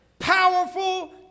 powerful